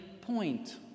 point